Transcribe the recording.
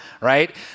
right